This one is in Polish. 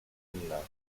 inna